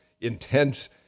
intense